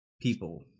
people